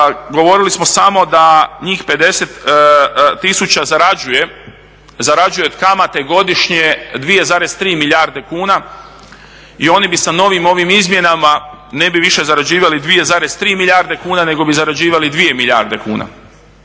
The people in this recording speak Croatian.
govorili smo samo da njih 50 000 zarađuje od kamate godišnje 2,3 milijarde kuna i oni sa novim ovim izmjenama ne bi više zarađivali 2,3 milijarde kuna nego bi zarađivali 2 milijarde kuna.